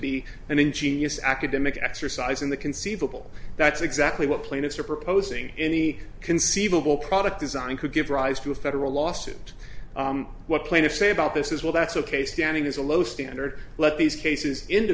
be an ingenious academic exercise in the conceivable that's exactly what plaintiffs are proposing any conceivable product design could give rise to a federal lawsuit what plaintiffs say about this is well that's ok standing is a low standard let these cases into